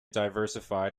diversified